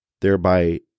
thereby